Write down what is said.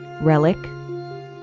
relic